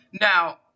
Now